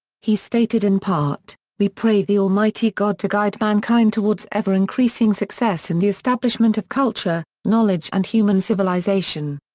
he stated in part, we pray the almighty god to guide mankind towards ever increasing success in the establishment of culture, knowledge and human civilization.